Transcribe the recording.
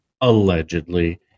Allegedly